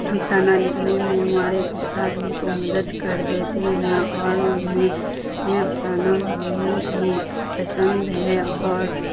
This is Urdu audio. افسانہ لکھنے میں ہمارے استاد ہم کو مدد کر دیتے ہیں اور ہمیں افسانہ بہت ہی پسند ہے اور